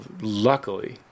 luckily